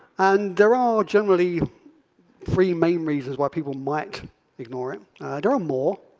and there are generally three main reasons why people might ignore it there are more.